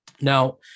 Now